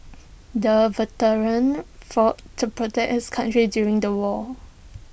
the veteran fought to protect his country during the war